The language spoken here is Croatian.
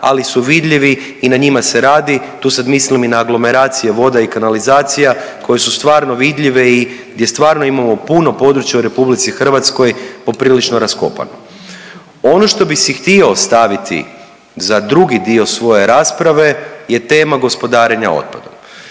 ali su vidljivi i na njima se radi. Tu sad mislim i na aglomeraciju vode i kanalizacija koje su stvarno vidljive i gdje stvarno imamo puno područje u RH poprilično raskopano. Ono što bi si htio ostaviti za drugi dio svoje rasprave je tema gospodarenja otpadom,